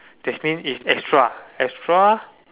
that mean is extra extra